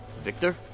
Victor